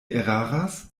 eraras